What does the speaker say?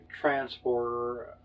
transporter